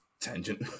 tangent